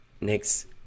Next